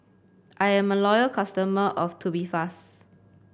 I'm a loyal customer of Tubifast